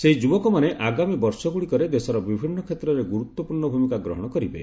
ସେହି ଯୁବକମାନେ ଆଗାମୀ ବର୍ଷଗୁଡ଼ିକରେ ଦେଶର ବିଭିନ୍ନ କ୍ଷେତ୍ରରେ ଗୁରୁତ୍ୱପୂର୍ଣ୍ଣ ଭୂମିକା ଗ୍ରହଣ କରିବେ